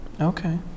Okay